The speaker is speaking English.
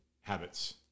habits